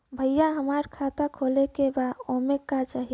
भईया हमार खाता खोले के बा ओमे का चाही?